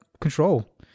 control